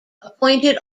appointed